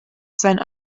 seinen